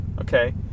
okay